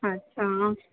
अच्छा